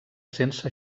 sense